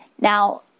Now